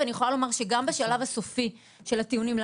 ואני יכולה לומר שגם בשלב הסופי של הטיעונים לעונש,